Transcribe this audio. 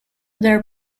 their